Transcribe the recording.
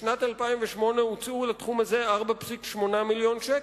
בשנת 2008 הוצאו בתחום הזה 4.8 מיליוני שקל.